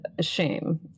shame